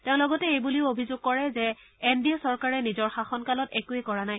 তেওঁ লগতে এইবুলিও অভিযোগ কৰে যে এন ডি এ চৰকাৰে নিজৰ শাসন কালত একোৱে কৰা নাই